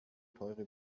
teure